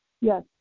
Yes